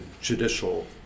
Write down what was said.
judicial